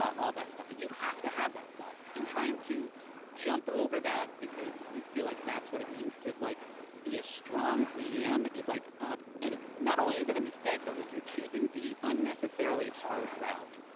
all that stuff. like you have to have that stuff, and trying to jump over that because you feel like that's what it means to like be a strong dm is, like ah and not only is it a mistake, but like you're choosing the unnecessarily hard route,